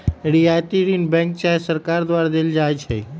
रियायती ऋण बैंक चाहे सरकार द्वारा देल जाइ छइ